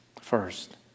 first